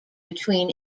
between